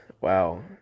Wow